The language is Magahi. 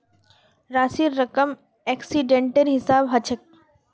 राशिर रकम एक्सीडेंटेर हिसाबे हछेक